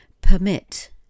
permit